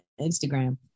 Instagram